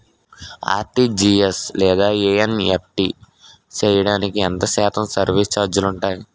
RTGS లేదా NEFT చేయడానికి ఎంత శాతం సర్విస్ ఛార్జీలు ఉంటాయి?